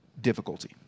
difficulty